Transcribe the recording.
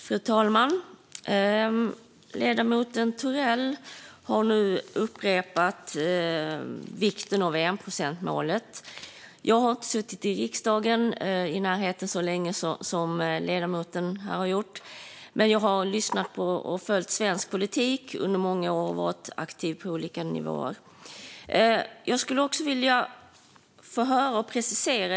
Fru talman! Ledamoten Thorell har nu upprepat detta om vikten av enprocentsmålet. Jag har inte suttit i riksdagen i närheten så länge som ledamoten har gjort, men jag har lyssnat på och följt svensk politik under många år och varit aktiv på olika nivåer.